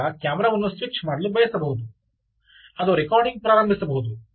ನೀವು ಈಗ ಕ್ಯಾಮರಾವನ್ನು ಸ್ವಿಚ್ ಮಾಡಲು ಬಯಸಬಹುದು ಅದು ರೆಕಾರ್ಡಿಂಗ್ ಪ್ರಾರಂಭಿಸಬಹುದು